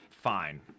fine